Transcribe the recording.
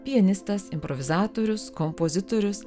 pianistas improvizatorius kompozitorius